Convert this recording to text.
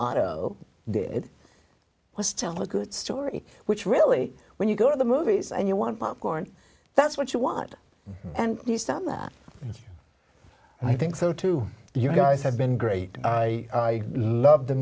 craig it was tell a good story which really when you go to the movies and you want popcorn that's what you want and you stand that i think so too you guys have been great i love th